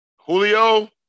Julio